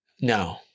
No